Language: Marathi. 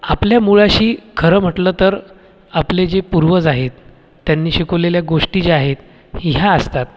आपल्या मुळाशी खरं म्हटलं तर आपले जे पूर्वज आहेत त्यांनी शिकवलेल्या गोष्टी ज्या आहेत ह्या असतात